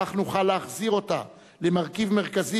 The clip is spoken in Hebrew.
כך נוכל להחזיר אותו למרכיב מרכזי